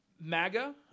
MAGA